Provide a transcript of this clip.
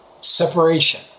Separation